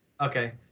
okay